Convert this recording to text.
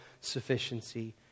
sufficiency